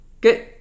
good